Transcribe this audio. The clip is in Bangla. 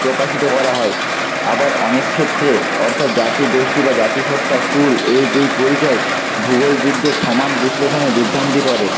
প্রকাশিত করা হয় আবার অনেক ক্ষেত্রে অর্থাৎ জাতি গোষ্ঠী বা জাতিসত্তা কূল এই দুই পরিচয় ভূগোল সমান বিশ্লেষণে বিভ্রান্তি করে